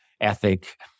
ethic